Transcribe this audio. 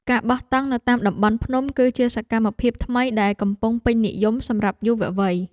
ការបោះតង់នៅតាមតំបន់ភ្នំ គឺជាសកម្មភាពថ្មីដែលកំពុងពេញនិយមសម្រាប់យុវវ័យ។